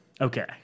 okay